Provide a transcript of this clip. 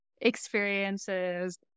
experiences